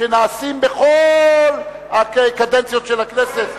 שנעשים בכל הקדנציות של הכנסת.